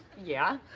yeah.